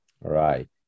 Right